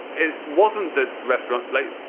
it wasn't that restaurant late.